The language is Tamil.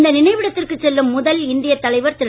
இந்த நினைவிடத்திற்கு செல்லும் முதல் இந்திய தலைவர் திரு